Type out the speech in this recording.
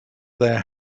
their